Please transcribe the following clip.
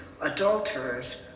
adulterers